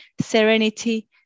serenity